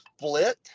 split